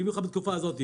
במיוחד בתקופה הזו,